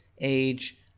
age